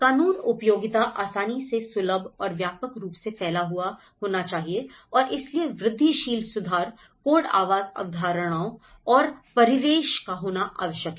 कानून उपयोगिता आसानी से सुलभ और व्यापक रूप से फैला हुआ होना चाहिए और इसलिए वृद्धिशील सुधार कोड आवास अवधारणाओं और परिवेश का होना आवश्यक है